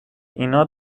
اینا